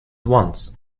once